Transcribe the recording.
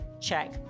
check